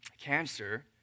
cancer